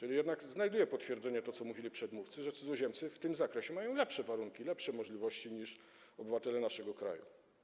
A więc jednak znajduje potwierdzenie to, co mówili przedmówcy, że cudzoziemcy w tym zakresie mają lepsze warunki, większe możliwości niż obywatele naszego kraju.